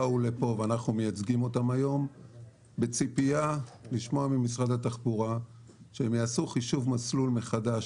באו לפה בציפייה לשמוע ממשרד התחבורה שהם יעשו חישוב מסלול מחדש,